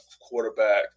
quarterback